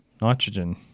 Nitrogen